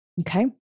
Okay